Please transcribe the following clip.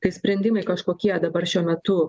t ai sprendimai kažkokie dabar šiuo metu